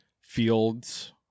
fields